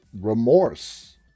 remorse